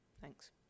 thanks